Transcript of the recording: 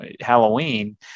Halloween